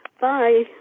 Bye